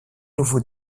nouveau